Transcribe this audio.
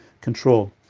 control